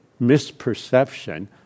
misperception